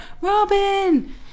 Robin